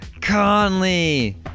Conley